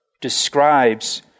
describes